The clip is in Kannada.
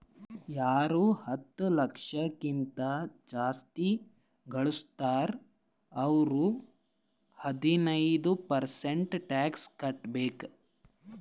ಯಾರು ಹತ್ತ ಲಕ್ಷ ಕಿಂತಾ ಜಾಸ್ತಿ ಘಳುಸ್ತಾರ್ ಅವ್ರು ಹದಿನೈದ್ ಪರ್ಸೆಂಟ್ ಟ್ಯಾಕ್ಸ್ ಕಟ್ಟಬೇಕ್